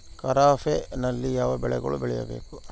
ಖಾರೇಫ್ ನಲ್ಲಿ ಯಾವ ಬೆಳೆಗಳನ್ನು ಬೆಳಿಬೇಕು?